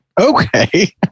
Okay